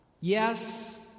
Yes